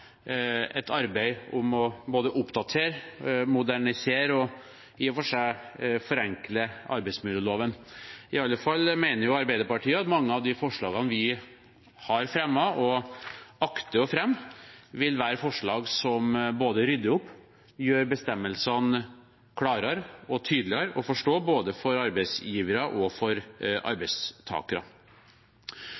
et arbeid med både å oppdatere, modernisere og i og for seg forenkle arbeidsmiljøloven. Iallfall mener Arbeiderpartiet at mange av de forslagene vi har fremmet og akter å fremme, vil være forslag som både rydder opp og gjør bestemmelsene klarere og tydeligere å forstå både for arbeidsgivere og for